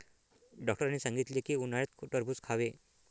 डॉक्टरांनी सांगितले की, उन्हाळ्यात खरबूज खावे